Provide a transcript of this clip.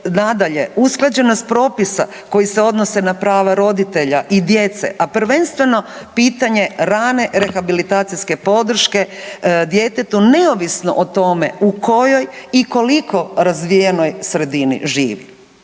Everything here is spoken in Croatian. usklađenost propisa koji se odnose na prava roditelja i djece, a prvenstveno pitanje rane rehabilitacijske podrške djetetu neovisno o tome u kojoj i koliko razvijenoj sredini živi.